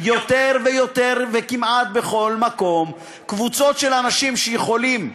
יותר ויותר וכמעט בכל מקום קבוצות של אנשים שיכולים.